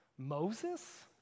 moses